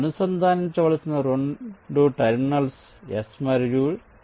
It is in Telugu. అనుసంధానించవలసిన 2 టెర్మినల్స్ S మరియు T